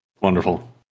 Wonderful